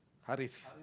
Hariff